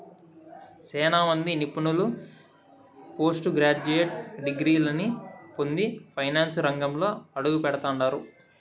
సేనా మంది నిపుణులు పోస్టు గ్రాడ్యుయేట్ డిగ్రీలని పొంది ఫైనాన్సు రంగంలో అడుగుపెడతండారు